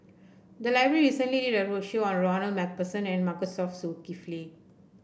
the library recently did a roadshow on Ronald MacPherson and Masagos Zulkifli